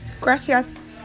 gracias